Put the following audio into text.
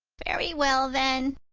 very well, then,